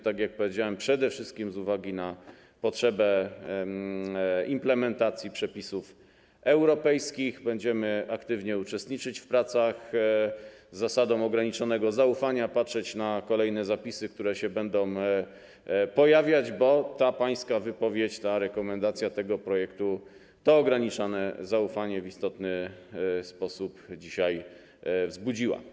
Tak jak powiedziałem, przede wszystkim z uwagi na potrzebę implementacji przepisów europejskich będziemy aktywnie uczestniczyć w pracach, zgodnie z zasadą ograniczonego zaufania patrzeć na kolejne zapisy, które się będą pojawiać, bo ta pańska wypowiedź, rekomendacja tego projektu to ograniczone zaufanie w istotny sposób dzisiaj wzbudziła.